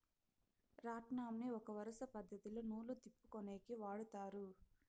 రాట్నంని ఒక వరుస పద్ధతిలో నూలు తిప్పుకొనేకి వాడతారు